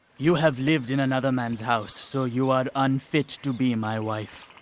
you have lived in another man's house so you are unfit to be my wife.